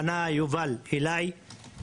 פנה יובל אלי,